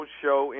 show